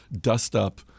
dust-up